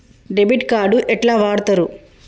Debit card ఎట్లా వాడుతరు?